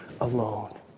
alone